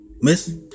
Miss